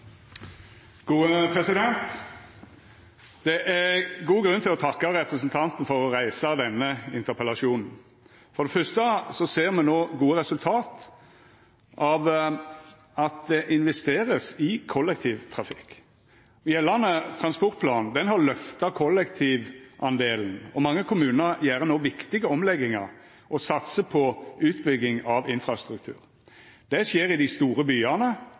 gode resultat av at det vert investert i kollektivtrafikk. Gjeldande transportplan har løfta kollektivdelen, og mange kommunar gjer no viktige omleggingar og satsar på utbygging av infrastruktur. Det skjer i dei store byane